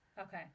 Okay